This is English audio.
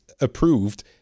approved